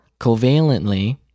covalently